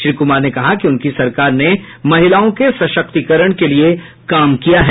श्री कुमार ने कहा कि उनकी सरकार ने महिलाओं के सशक्तिकरण के लिए काम किया है